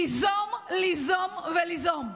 ליזום, ליזום וליזום.